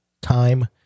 time